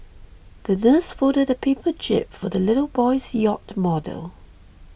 the nurse folded a paper jib for the little boy's yacht model